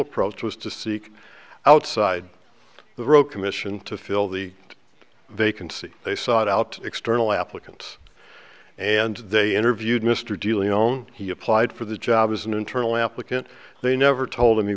approach was to seek outside the rowe commission to fill the vacancy they sought out external applicants and they interviewed mr dooley own he applied for the job as an internal applicant they never told him he